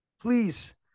Please